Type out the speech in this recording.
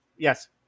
Yes